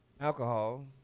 Alcohol